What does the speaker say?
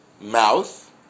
mouth